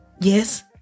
Yes